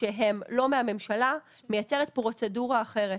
שהם לא מהממשלה מייצרת פרוצדורה אחרת,